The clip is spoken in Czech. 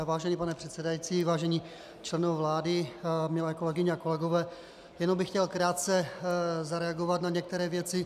Vážený pane předsedající, vážení členové vlády, milé kolegyně a kolegové, jenom bych chtěl krátce zareagovat na některé věci.